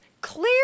clear